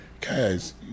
Guys